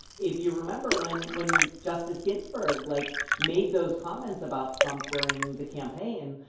if you remember when when justice ginsburg, like, made those comments about trump during the campaign,